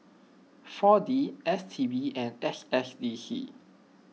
four D S T B and S S D C